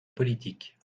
politique